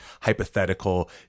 hypothetical